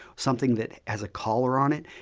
something that has a color on it.